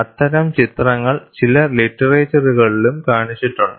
അത്തരം ചിത്രങ്ങൾ ചില ലിറ്ററേച്ചറുകളിലും കാണിച്ചിട്ടുണ്ട്